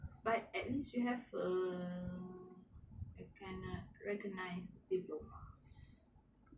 but at least you have a recog~ recognise diploma